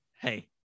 Hey